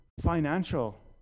financial